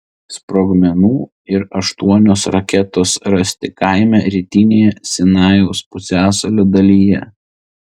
sprogmenų ir aštuonios raketos rasti kaime rytinėje sinajaus pusiasalio dalyje